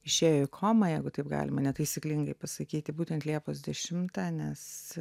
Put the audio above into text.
išėjo į komą jeigu taip galima netaisyklingai pasakyti būtent liepos dešimtą nes